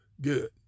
good